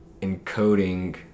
encoding